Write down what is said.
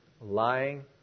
Lying